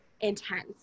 intense